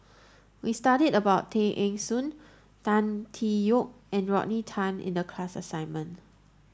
we studied about Tay Eng Soon Tan Tee Yoke and Rodney Tan in the class assignment